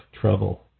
trouble